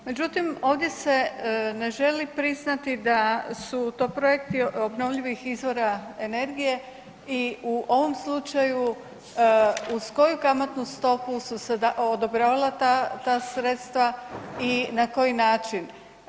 Međutim, ovdje se ne želi priznati da su to projekti obnovljivih izvora energije i u ovom slučaju uz koju kamatnu stopu su se odobravala ta, ta sredstva i na koji način.